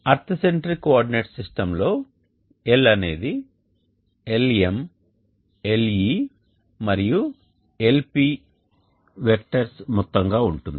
earth centric coordinate సిస్టమ్లో L అనేది Lm Le మరియు Lp వెక్టర్స్ మొత్తంగా ఉంటుంది